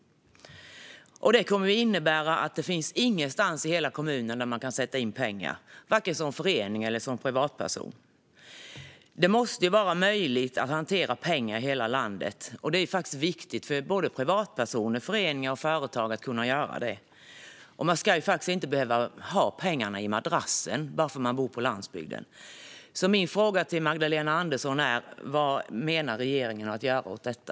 Det innebär att det inte kommer att finnas någonstans i hela kommunen där man kan sätta in pengar, varken som förening eller som privatperson. Det måste vara möjligt att hantera pengar i hela landet, och det är faktiskt viktigt för såväl privatpersoner som föreningar och företag att kunna göra det. Man ska faktiskt inte behöva ha pengarna i madrassen bara för att man bor på landsbygden. Min fråga till Magdalena Andersson är därför vad regeringen menar att göra åt detta.